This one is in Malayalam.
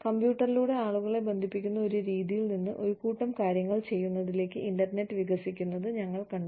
കമ്പ്യൂട്ടറിലൂടെ ആളുകളെ ബന്ധിപ്പിക്കുന്ന ഒരു രീതിയിൽ നിന്ന് ഒരു കൂട്ടം കാര്യങ്ങൾ ചെയ്യുന്നതിലേക്ക് ഇന്റർനെറ്റ് വികസിക്കുന്നത് ഞങ്ങൾ കണ്ടു